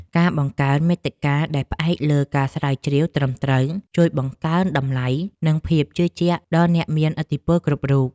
ការបង្កើតមាតិកាដែលផ្អែកលើការស្រាវជ្រាវត្រឹមត្រូវជួយបង្កើនតម្លៃនិងភាពជឿជាក់ដល់អ្នកមានឥទ្ធិពលគ្រប់រូប។